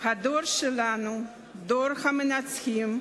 הדור שלנו, דור המנצחים,